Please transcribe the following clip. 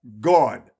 God